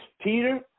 Peter